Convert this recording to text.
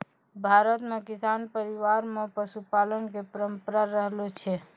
भारत मॅ किसान परिवार मॅ पशुपालन के परंपरा रहलो छै